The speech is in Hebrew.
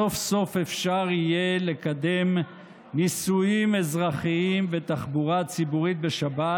סוף-סוף אפשר יהיה לקדם נישואים אזרחיים ותחבורה ציבורית בשבת,